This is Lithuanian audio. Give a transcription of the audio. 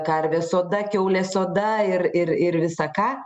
karvės oda kiaulės oda ir ir ir visa ką